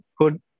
good